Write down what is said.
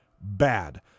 bad